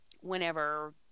whenever